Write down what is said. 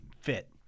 fit